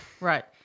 right